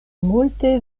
multe